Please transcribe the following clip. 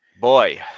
Boy